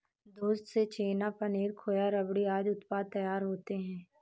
दूध से छेना, पनीर, खोआ, रबड़ी आदि उत्पाद तैयार होते हैं